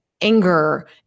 anger